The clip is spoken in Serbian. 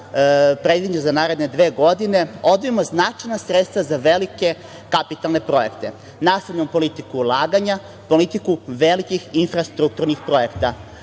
predviđen za naredne dve godine odvojimo značajna sredstva za velike kapitalne projekte, nastavljamo politiku ulaganja, politiku velikih infrastrukturnih projekata.